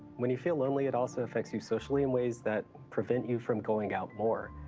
when you feel lonely, it also affects you socially in ways that prevent you from going out more.